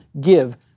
give